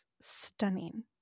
stunning